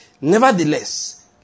Nevertheless